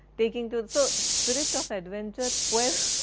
taking to so spirit of adventure, quest,